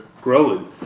growing